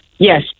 Yes